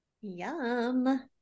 Yum